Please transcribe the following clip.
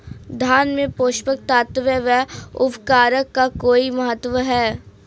धान में पोषक तत्वों व उर्वरक का कोई महत्व है?